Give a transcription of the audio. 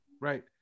Right